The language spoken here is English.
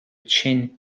chin